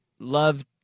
Love